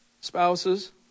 Spouses